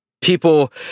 people